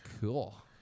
Cool